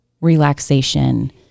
relaxation